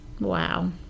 Wow